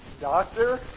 Doctor